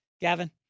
Gavin